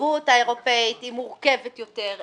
התושבות האירופאית היא מורכבת יותר.